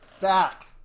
back